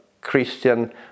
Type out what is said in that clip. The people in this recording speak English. Christian